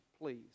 please